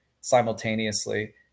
simultaneously